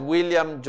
William